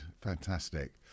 Fantastic